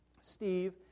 Steve